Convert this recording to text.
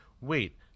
wait